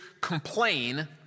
complain